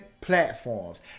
platforms